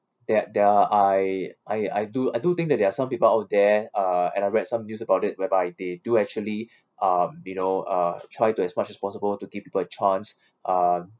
that there I I I do I do think that there are some people out there uh and I read some news about it whereby they do actually uh you know uh try to as much as possible to give people a chance uh